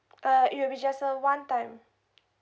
uh it'll just a one time